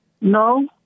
No